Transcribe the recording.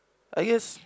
I guess